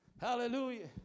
Hallelujah